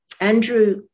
Andrew